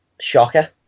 Shocker